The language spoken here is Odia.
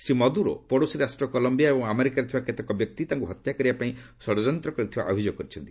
ଶ୍ରୀ ମଦୁରୋ ପଡୋଶୀ ରାଷ୍ଟ୍ର କଲମ୍ବିଆ ଏବଂ ଆମେରିକାରେ ଥିବା କେତେକ ବ୍ୟକ୍ତି ତାଙ୍କୁ ହତ୍ୟା କରିବା ପାଇଁ ଷଡ଼ଯନ୍ତ୍ର କରିଥିବା ଅଭିଯୋଗ କରିଛନ୍ତି